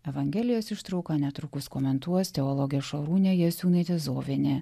evangelijos ištrauką netrukus komentuos teologė šarūnė jasiūnaitė zovienė